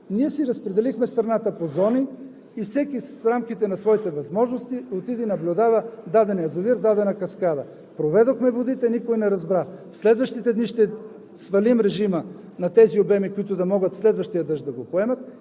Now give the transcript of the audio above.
до нощите на язовир „Ивайловград“ – хората са там, видели са го. Ние си разпределихме страната по зони и всеки в рамките на своите възможности отиде и наблюдава даден язовир, дадена каскада. Проведохме водите – никой не разбра. В следващите дни ще